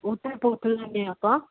ਉੱਥੇ ਪੁੱਛ ਲੈਂਦੇ ਆਪਾਂ